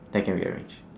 that can be arranged